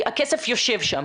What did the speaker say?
הכסף יושב שם.